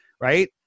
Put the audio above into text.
right